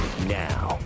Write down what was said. Now